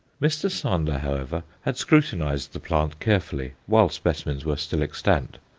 mr. sander, however, had scrutinized the plant carefully, while specimens were still extant,